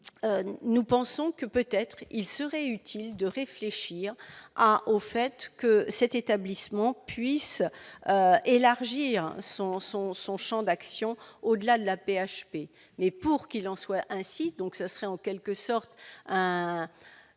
nous pensons que peut-être il serait utile de réfléchir ah au fait que cet établissement puisse élargir son son son Champ d'action au-delà de l'AP-HP, mais pour qu'il en soit ainsi, donc ça serait en quelque sorte un